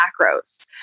macros